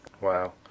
Wow